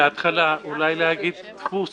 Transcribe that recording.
בהתחלה אולי להגיד "דפוס